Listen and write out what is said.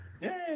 Yay